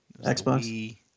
Xbox